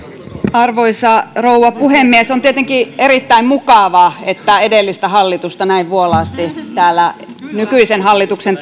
arvoisa rouva puhemies on tietenkin erittäin mukavaa että edellistä hallitusta näin vuolaasti täällä nykyisen hallituksen